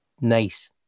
nice